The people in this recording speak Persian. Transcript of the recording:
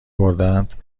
بردهاند